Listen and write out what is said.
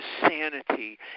sanity